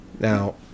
Now